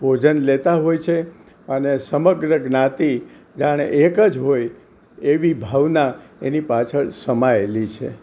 ભોજન લેતા હોય છે અને સમગ્ર જ્ઞાતિ જાણે એક જ હોય એવી ભાવના એની પાછળ સમાયેલી છે